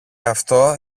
αυτό